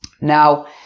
Now